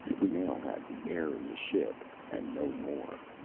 we now have the air in the ship, and no more.